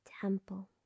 temple